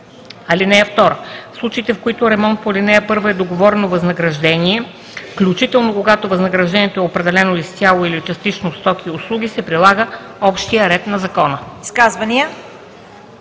(2) В случаите, в които за ремонт по ал. 1 е договорено възнаграждение, включително когато възнаграждението е определено изцяло или частично в стоки или услуги, се прилага общият ред на закона.“